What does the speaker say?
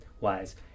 wise